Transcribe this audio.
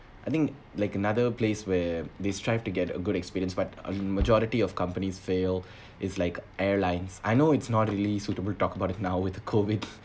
I think like another place where they strive to get a good experience but a majority of companies fail is like airlines I know it's not really suitable talk about it now with the COVID